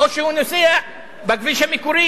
או שהוא נוסע בכביש המקורי,